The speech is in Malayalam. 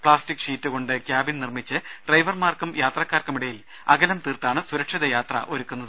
പ്ലാസ്റ്റിക് ഷീറ്റ് കൊണ്ട് ക്യാബിൻ നിർമ്മിച്ച് ഡ്രൈവർമാർക്കും യാത്രക്കാർക്കുമിടയിൽ അകലം തീർത്താണ് സുരക്ഷിതയാത്രയൊരുക്കുന്നത്